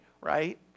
right